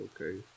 okay